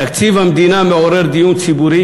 תקציב המדינה מעורר דיון ציבורי,